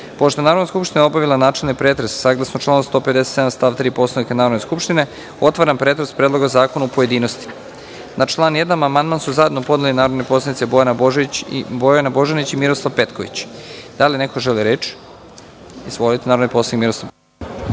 7.Pošto je Narodna skupština obavila načelni pretres saglasno članu 157. stav 3. Poslovnika Narodne skupštine, otvaram pretres Predloga zakona u pojedinostima. Na član 1. amandman su zajedno podneli narodni poslanici Bojana Božanić i Miroslav Petković. Da li neko želi reč? (Da.)Reč ima narodni poslanik Miroslav